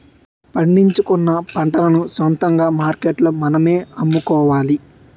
పండించుకున్న పంటలను సొంతంగా మార్కెట్లో మనమే అమ్ముకోవాలి